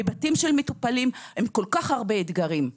בבתים של מטופלים עם כל כך הרבה אתגרים.